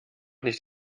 nicht